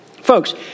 Folks